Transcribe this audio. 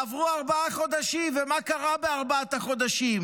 עברו ארבעה חודשים, ומה קרה בארבעת החודשים?